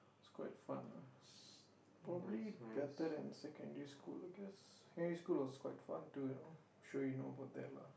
is quite fun lah s~ probably better than secondary school lah secondary school was quite fun too sure you know about that lah